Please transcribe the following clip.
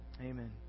Amen